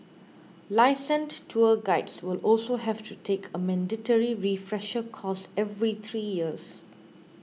licensed tour guides will also have to take a mandatory refresher course every three years